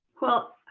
well,